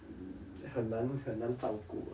mm 很难很难照顾 eh